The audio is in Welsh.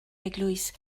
eglwys